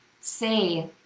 say